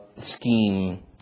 scheme